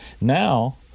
Now